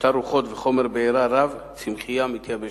משטר רוחות וחומר בעירה רב וצמחייה מתייבשת.